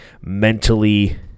mentally